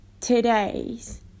today's